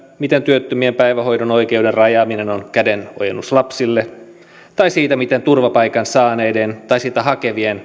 miten työttömien päivähoito oikeuden rajaaminen on kädenojennus lapsille ja siitä miten turvapaikan saaneiden tai sitä hakevien